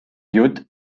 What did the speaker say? jutt